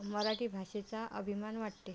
मराठी भाषेचा अभिमान वाटते